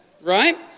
Right